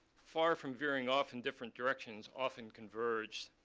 far from veering off in different directions, often converged,